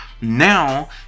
now